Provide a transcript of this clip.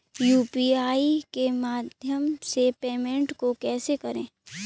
UPI के माध्यम से पेमेंट को कैसे करें?